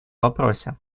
вопросе